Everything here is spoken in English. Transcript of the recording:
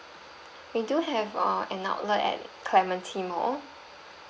we do have a an outlet at clementi mall